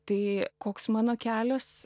tai koks mano kelias